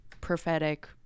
prophetic